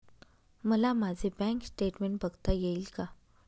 मला माझे bank statement बघता येईल का?